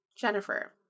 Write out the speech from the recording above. Jennifer